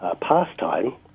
pastime